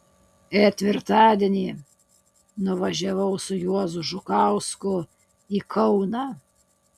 ketvirtadienį nuvažiavau su juozu žukausku į kauną